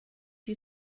you